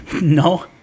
no